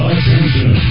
attention